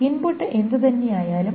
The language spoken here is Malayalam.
ഇൻപുട്ട് എന്തുതന്നെയായാലും